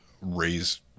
raise